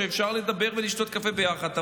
שאפשר לדבר ולשתות קפה ביחד.